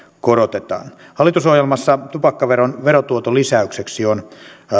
korotetaan hallitusohjelmassa tupakkaveron verotuoton lisäykseksi on